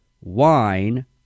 wine